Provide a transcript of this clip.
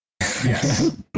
Yes